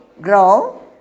grow